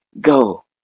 Go